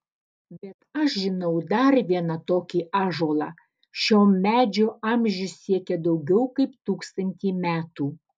bet aš žinau dar vieną tokį ąžuolą šio medžio amžius siekia daugiau kaip tūkstantį metų